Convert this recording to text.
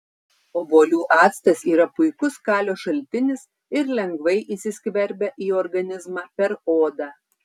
obuolių actas yra puikus kalio šaltinis ir lengvai įsiskverbia į organizmą per odą